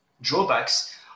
drawbacks